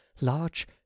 large